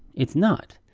it's not.